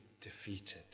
defeated